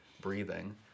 breathing